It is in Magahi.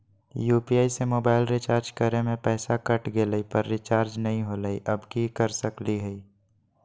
यू.पी.आई से मोबाईल रिचार्ज करे में पैसा कट गेलई, पर रिचार्ज नई होलई, अब की कर सकली हई?